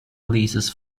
releases